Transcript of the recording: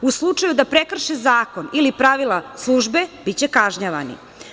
U slučaju da prekrše zakon ili pravila službe, biće kažnjavani.